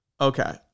okay